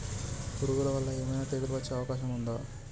పురుగుల వల్ల ఏమైనా తెగులు వచ్చే అవకాశం ఉందా?